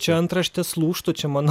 čia antraštės lūžtų čia manau